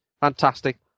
fantastic